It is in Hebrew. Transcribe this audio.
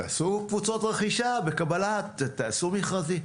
תעשו קבוצות רכישה, תעשו מכרזים,